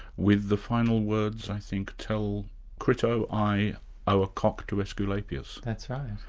with the final words i think, tell crito i owe a cock to asclepius. that's right.